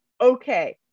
okay